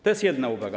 To jest jedna uwaga.